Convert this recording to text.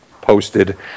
posted